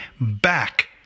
back